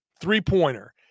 Three-pointer